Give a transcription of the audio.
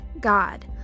God